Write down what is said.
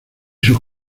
sus